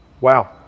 Wow